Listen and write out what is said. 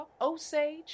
Osage